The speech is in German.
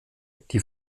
die